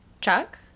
Chuck